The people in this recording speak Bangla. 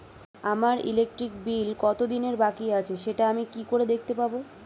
আমার ইলেকট্রিক বিল কত দিনের বাকি আছে সেটা আমি কি করে দেখতে পাবো?